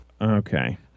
Okay